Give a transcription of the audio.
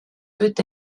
peut